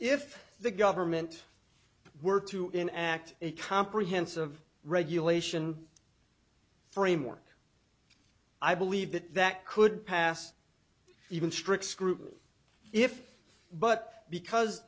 if the government were to in act a comprehensive regulation framework i believe that that could pass even strict scrutiny if but because